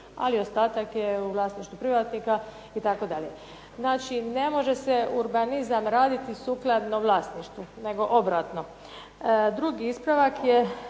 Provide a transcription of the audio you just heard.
ali ostatak je u vlasništvu privatnika itd. Znači, ne može se urbanizam raditi sukladno vlasništvu nego obratno. Drugi ispravak je